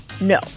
No